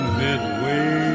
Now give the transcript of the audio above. midway